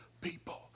people